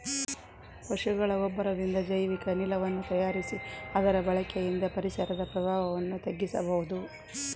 ಪಶುಗಳ ಗೊಬ್ಬರದಿಂದ ಜೈವಿಕ ಅನಿಲವನ್ನು ತಯಾರಿಸಿ ಅದರ ಬಳಕೆಯಿಂದ ಪರಿಸರದ ಪ್ರಭಾವವನ್ನು ತಗ್ಗಿಸಬಹುದು